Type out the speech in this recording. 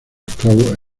esclavos